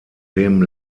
dem